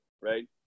right